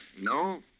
No